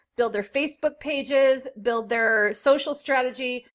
build their facebook pages, build their social strategy,